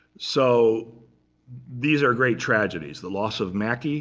so these are great tragedies, the loss of macke, yeah